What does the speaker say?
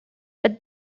but